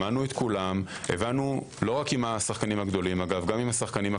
שמענו את כולם, גם עם השחקנים הקטנים